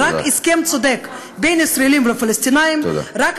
רק הסכם צודק בין ישראלים לפלסטינים, תודה.